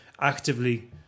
actively